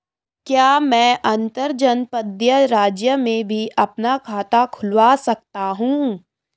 क्या मैं अंतर्जनपदीय राज्य में भी अपना खाता खुलवा सकता हूँ?